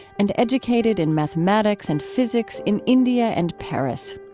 and educated in mathematics and physics in india and paris.